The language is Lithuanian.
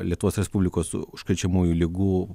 lietuvos respublikos užkrečiamųjų ligų